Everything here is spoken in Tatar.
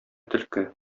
төлке